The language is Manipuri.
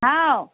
ꯍꯥꯎ